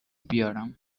بیارم